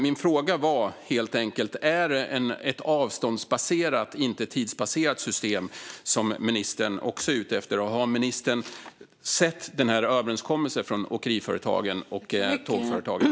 Min fråga var helt enkelt: Är det ett avståndsbaserat och inte ett tidsbaserat system som ministern också är ute efter? Och har ministern sett överenskommelsen från Sveriges Åkeriföretag och Tågföretagen?